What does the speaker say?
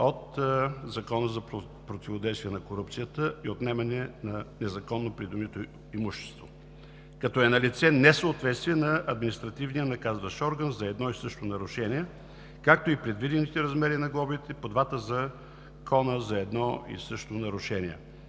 от Закона за противодействие на корупцията и за отнемане на незаконно придобитото имущество, като е налице несъответствие на административния наказващ орган за едно и също нарушение, както и предвидените размери на глобите по двата закона за едно и също нарушение.